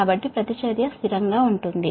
కాబట్టి రియాక్టన్స్ స్థిరంగా ఉంటుంది